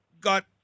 got